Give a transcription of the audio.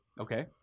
Okay